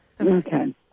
Okay